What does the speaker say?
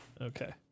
Okay